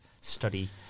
study